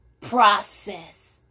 process